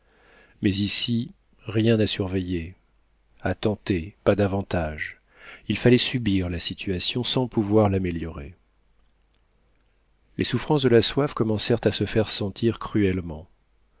mais ici rien à surveiller à tenter pas davantage il fallait subir la situation sans pouvoir l'améliorer les souffrances de la soif commencèrent à se faire sentir cruellement